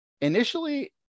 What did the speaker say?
Initially